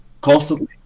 constantly